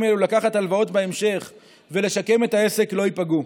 האלה לקחת הלוואות בהמשך ולשקם את העסק לא ייפגעו.